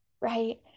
right